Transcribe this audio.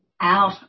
out